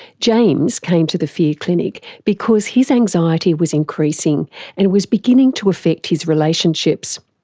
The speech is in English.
james came to the fear clinic because his anxiety was increasing and was beginning to affect his relationships,